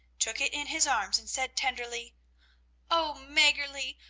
took it in his arms and said tenderly oh, maggerli,